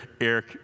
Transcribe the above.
Eric